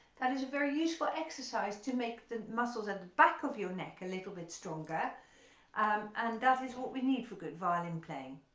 that is a very useful exercise to make the muscles at the back of your neck a little bit stronger um and that is what we need for good violin playing.